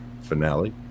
finale